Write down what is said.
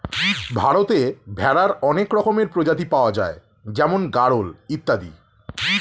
ভারতে ভেড়ার অনেক রকমের প্রজাতি পাওয়া যায় যেমন গাড়ল ইত্যাদি